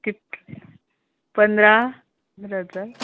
कित पंदरा पंदरा हजार